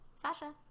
Sasha